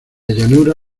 llanura